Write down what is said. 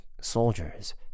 soldiers